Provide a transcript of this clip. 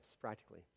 practically